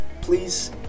Please